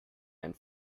and